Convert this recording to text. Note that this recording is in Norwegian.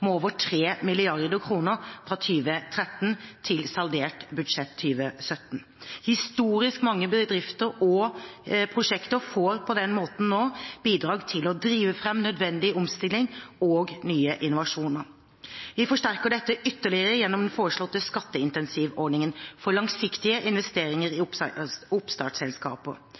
med over 3 mrd. kr fra 2013 til saldert budsjett 2017. Historisk mange bedrifter og prosjekter får på den måten nå bidrag til å drive fram nødvendig omstilling og nye innovasjoner. Vi forsterker dette ytterligere gjennom den foreslåtte skatteincentivordningen for langsiktige investeringer i oppstartsselskaper.